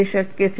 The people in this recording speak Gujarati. તે શક્ય છે